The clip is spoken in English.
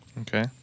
Okay